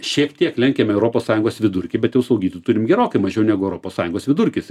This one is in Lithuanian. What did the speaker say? šiek tiek lenkiame europos sąjungos vidurkį bet jau slaugytojų turim gerokai mažiau negu europos sąjungos vidurkis